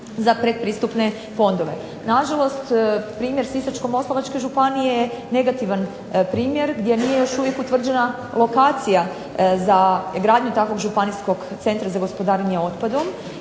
za pretpristupne fondove. Nažalost, primjer Sisačko-moslavačke županije je negativan primjer gdje još uvijek nije utvrđena lokacija za gradnju takvog županijskog centra za gospodarenje otpadom